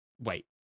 Wait